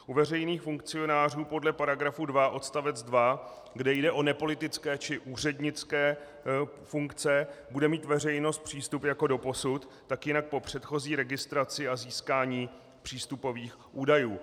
U veřejných funkcionářů podle § 2 odst. 2, kde jde o nepolitické či úřednické funkce, bude mít veřejnost přístup jako doposud, tak jinak po předchozí registraci a získání přístupových údajů.